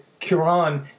Quran